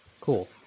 Cool